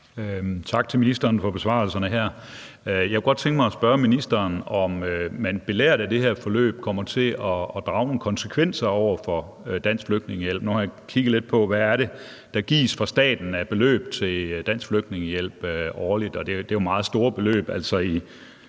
tak til ministeren for besvarelserne her. Jeg kunne godt tænke mig at spørge ministeren, om man belært af det her forløb kommer til at drage nogle konsekvenser over for Dansk Flygtningehjælp. Nu har jeg kigget lidt på, hvad der gives af beløb fra staten til Dansk Flygtningehjælp årligt, og det er meget store beløb.